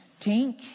tink